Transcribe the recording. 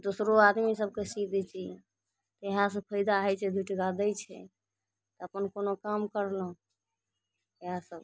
दोसरो आदमी सभके सी दै छियै इएहे सभ फायदा हइ छै दू टाका दै छै तऽ अपन कोनो काम करलहुँ इएहे सभ